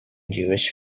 jewish